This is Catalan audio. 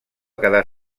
quedar